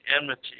enmity